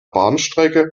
bahnstrecke